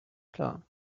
klar